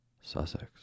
Sussex